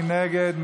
מי נגד?